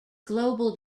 global